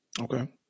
okay